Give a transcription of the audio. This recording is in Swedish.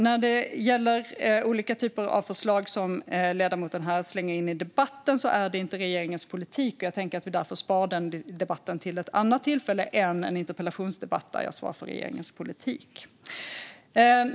När det gäller olika typer av förslag som ledamoten slänger in i debatten är det inte regeringens politik. Jag tänker att vi därför sparar den debatten till ett annat tillfälle än en interpellationsdebatt där jag svarar för regeringens politik.